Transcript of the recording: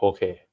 Okay